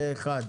פה אחד.